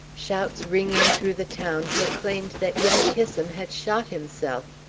shouts ringing through the town proclaimed that young kissam had shot himself.